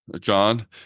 John